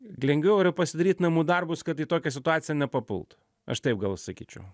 lengviau yra pasidaryt namų darbus kad į tokią situaciją nepapult aš taip gal sakyčiau